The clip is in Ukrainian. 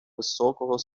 високого